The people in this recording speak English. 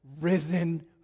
risen